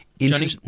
Johnny